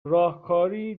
راهکاریی